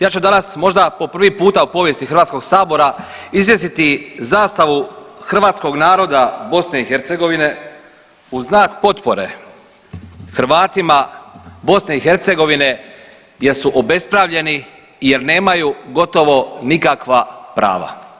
Ja ću danas možda po prvi puta u povijesti HS-a izvjesiti zastavu hrvatskog naroda BiH u znak potpore Hrvatima BiH jer su obespravljeni, jer nemaju gotovo nikakva prava.